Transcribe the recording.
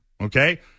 okay